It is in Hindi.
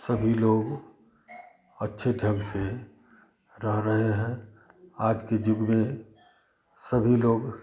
सभी लोग अच्छे ढंग से रह रहे हैं आज के युग में सभी लोग